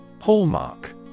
Hallmark